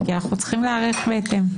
כי אנחנו צריכים להיערך בהתאם.